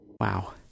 wow